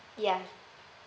ya